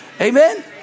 Amen